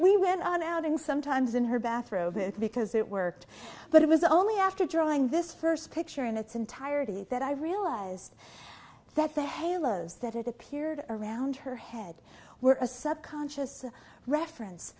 we went on outings sometimes in her bathroom because it worked but it was only after drawing this first picture in its entirety that i realized that the halos that it appeared around her head were a subconscious reference